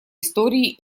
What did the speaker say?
истории